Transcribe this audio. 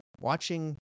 Watching